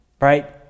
right